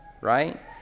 right